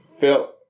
felt